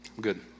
Good